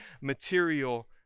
material